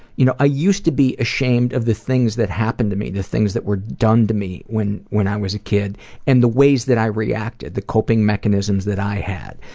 you know i used to be ashamed of the things that happened to me, the things that were done to me when when i was a kid and the ways that i reacted, the coping mechanism that i had,